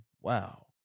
Wow